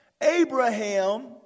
Abraham